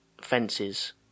fences